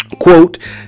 Quote